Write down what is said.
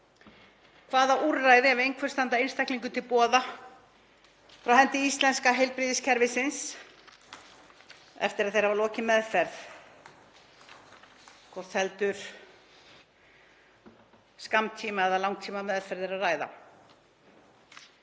Hvaða úrræði, ef einhver, standa einstaklingum til boða af hendi íslenska heilbrigðiskerfisins eftir að þeir hafa lokið meðferð, hvort heldur sem um skammtíma- eða langtímameðferð er að ræða?